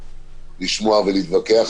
לשמוע ולהתווכח.